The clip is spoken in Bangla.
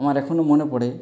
আমার এখনও মনে পড়ে